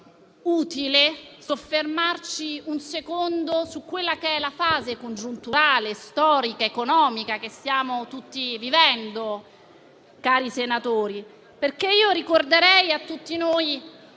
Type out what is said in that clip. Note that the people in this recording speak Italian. utile soffermarci un secondo sulla fase congiunturale, storica ed economica che stiamo tutti vivendo, cari senatori. Io ricorderei a tutti noi,